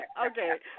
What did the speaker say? Okay